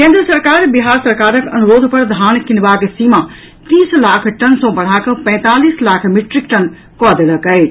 केंद्र सरकार बिहार सरकारक अनुरोध पर धान कीनबाक सीमा तीस लाख टन सँ बढ़ाकऽ पैंतालीस लाख मीट्रिक टन कऽ देलक अछि